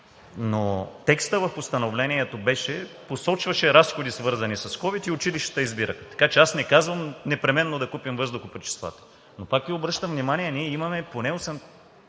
Но текстът в постановлението посочваше разходи, свързани с ковид, и училищата избират. Аз не казвам непременно да купим въздухопречистватели, но пак Ви обръщам внимание: ние имаме поне 60